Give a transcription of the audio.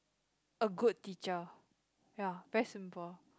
a good teacher ya very simple